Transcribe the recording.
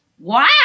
wow